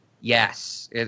Yes